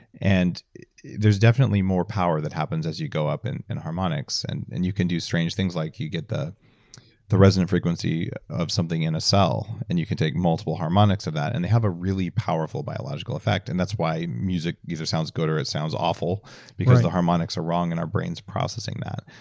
there's definitely more power that happens as you go up in in harmonics and and you can do strange things like you get the the resident frequency of something in a cell, and you can take multiple harmonics of that. and they have a really powerful biological effect, and that's why music either sounds good or it sounds awful because the harmonics are wrong and our brains processing that.